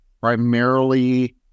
primarily